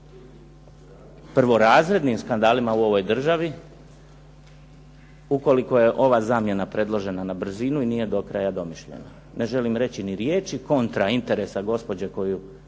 prvorazrednim skandalima u ovoj državi ukoliko je ova zamjena predložena na brzinu i nije do kraja domišljena. Ne želim reći ni riječi kontra interesa gospođe koju